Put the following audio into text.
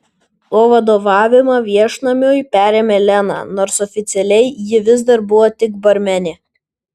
o vadovavimą viešnamiui perėmė lena nors oficialiai ji vis dar buvo tik barmenė